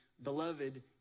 beloved